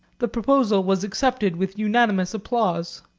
the proposal was accepted with unanimous applause.